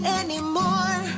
anymore